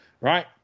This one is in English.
Right